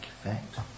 effect